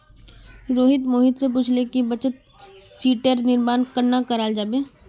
रोहित मोहित स पूछले कि बचत शीटेर निर्माण कन्ना कराल जाबे